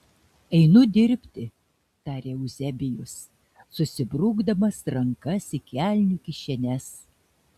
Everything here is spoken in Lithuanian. einu dirbti tarė euzebijus susibrukdamas rankas į kelnių kišenes